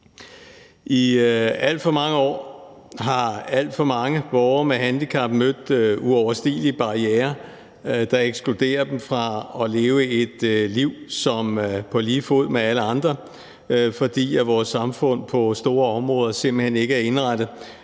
I alt for mange år har alt for mange borgere med handicap mødt uoverstigelige barrierer, der ekskluderer dem fra at leve et liv på lige fod med alle andre, fordi vores samfund på store områder simpelt hen ikke er indrettet